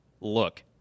look